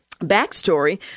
backstory